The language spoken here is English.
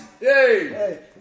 Yay